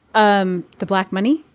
um the black money,